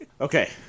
Okay